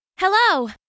Hello